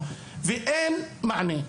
ואין לו מענה.